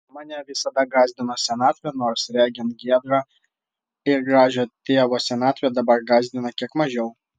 mane visada gąsdino senatvė nors regint giedrą ir gražią tėvo senatvę dabar gąsdina kiek mažiau